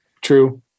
true